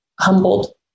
humbled